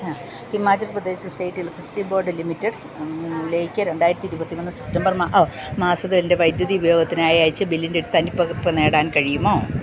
Himachal Pradesh state electricity board limited ലേക്ക് രണ്ടായിരത്തി ഇരുപത്തി മൂന്ന് സെപ്റ്റംബർ ഓ മാസത്തിൽ എൻ്റെ വൈദ്യുതി ഉപയോഗത്തിനായി അയച്ച ബില്ലിൻ്റെ ഒരു തനിപ്പകർപ്പ് നേടാൻ കഴിയുമോ